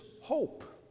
hope